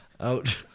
out